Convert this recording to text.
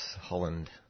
Holland